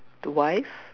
to wife